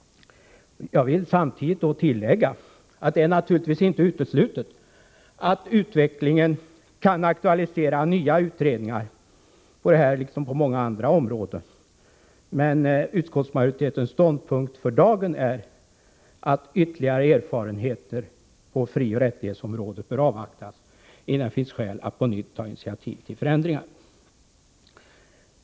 Jag vill dock tillägga att det naturligtvis inte är uteslutet att utvecklingen kan aktualisera nya utredningar på detta område, liksom på många andra områden. Men utskottsmajoritetens ståndpunkt för dagen är att ytterligare erfarenheter på frioch rättighetsområdet bör avvaktas, innan det finns skäl att på nytt ta initiativ till förändringar.